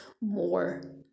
more